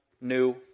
new